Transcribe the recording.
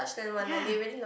ya